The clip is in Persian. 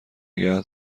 نگه